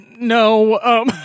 No